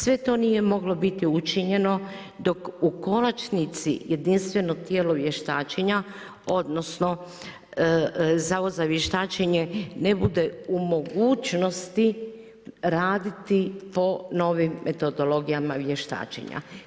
Sve to nije moglo biti učinjeno dok u konačnici jedinstveno tijelo vještačenja odnosno Zavod za vještačenje ne bude u mogućnosti raditi po novim metodologijama vještačenja.